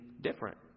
different